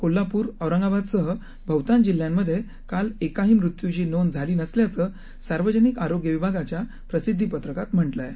Kolhapur Pune औरंगाबादसहबहुतांशजिल्ह्यांमधेकालएकाहीमृत्यूचीनोंदझालीनसल्याचंसार्वजनिकआरोग्यविभागाच्याप्रसिद्धिपत्रकातम्हटलंआहे